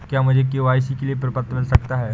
क्या मुझे के.वाई.सी के लिए प्रपत्र मिल सकता है?